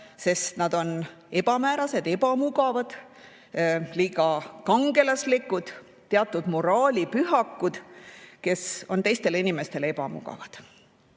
sest nad on ebamäärased, ebamugavad, liiga kangelaslikud, teatud moraalipühakud, kes on teistele inimestele ebamugavad.